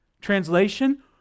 Translation